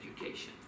education